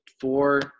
four –